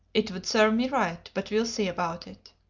it would serve me right but we'll see about it.